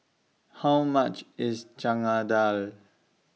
How much IS Chana Dal